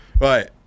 Right